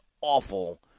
awful